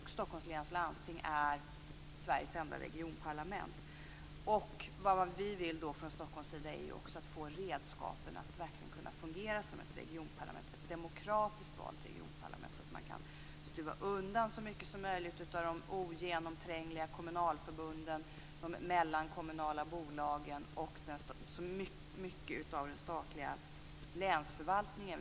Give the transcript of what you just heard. Stockholms läns landsting är Sveriges enda regionparlament. Vad vi från Stockholms sida vill är att få redskapen att verkligen fungera som ett regionparlament, ett demokratiskt valt regionparlament. Vi vill stuva undan så mycket som möjligt av de ogenomträngliga kommunalförbunden och de mellankommunala bolagen och också mycket av den statliga länsförvaltningen.